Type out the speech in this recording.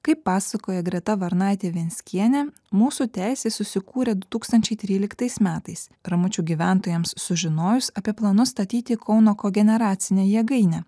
kaip pasakoja greta varnaitė venskienė mūsų teisė susikūrė du tūkstančiai tryliktais metais ramučių gyventojams sužinojus apie planus statyti kauno kogeneracinę jėgainę